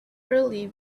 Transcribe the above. early